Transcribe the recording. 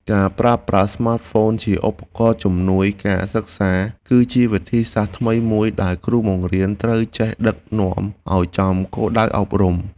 ការប្រើប្រាស់ស្មាតហ្វូនជាឧបករណ៍ជំនួយការសិក្សាគឺជាវិធីសាស្ត្រថ្មីមួយដែលគ្រូបង្រៀនត្រូវចេះដឹកនាំឱ្យចំគោលដៅអប់រំ។